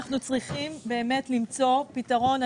אנחנו צריכים באמת למצוא פתרון.